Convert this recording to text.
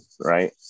right